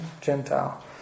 Gentile